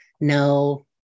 no